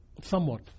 Somewhat